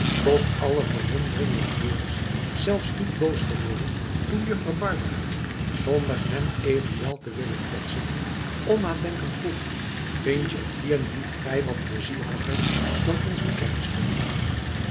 tot aller verwondering was dorus zelfs niet boos geworden toen juffrouw barbara zonder hem evenwel te willen kwetsen onnadenkend vroeg vind je t hier niet vrij wat plezieriger dan in zoo'n